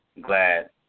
glad